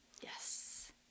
Yes